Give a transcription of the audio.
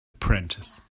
apprentice